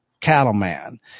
cattleman